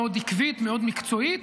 מאוד עקבית, מאוד מקצועית.